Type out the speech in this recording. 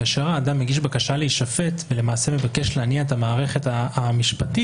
כאשר אדם מבקש להישפט ולמעשה מבקש להניע את המערכת המשפטית,